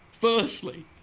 firstly